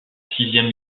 sixième